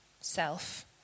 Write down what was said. self